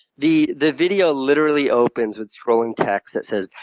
the the video literally opens with scrolling text that says,